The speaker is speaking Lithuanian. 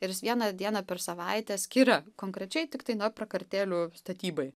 ir jis vieną dieną per savaitę skiria konkrečiai tiktai na prakartėlių statybai